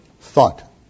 thought